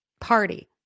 party